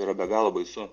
yra be galo baisu